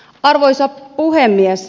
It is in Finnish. arvoisa puhemies